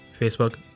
Facebook